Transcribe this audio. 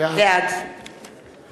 בעד